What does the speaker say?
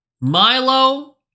Milo